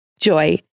Joy